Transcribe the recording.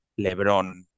LeBron